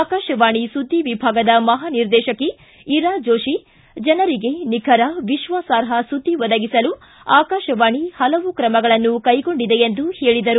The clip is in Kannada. ಆಕಾಶವಾಣಿ ಸುದ್ದಿ ವಿಭಾಗದ ಮಹಾನಿರ್ದೇಶಕಿ ಇರಾ ಜೋಶಿ ಜನರಿಗೆ ನಿಖರ ವಿಶ್ವಾಸಾರ್ಹ ಸುದ್ದಿ ಒದಗಿಸಲು ಆಕಾಶವಾಣಿ ಹಲವು ಕ್ರಮಗಳನ್ನು ಕೈಗೊಂಡಿದೆ ಎಂದರು